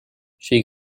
she